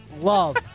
love